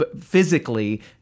physically